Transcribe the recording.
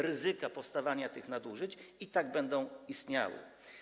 Ryzyka powstawania nadużyć i tak będą istniały.